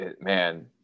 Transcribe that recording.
man